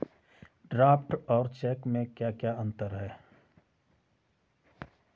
Draft और cheque में क्या अंतर है?